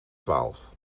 twaalf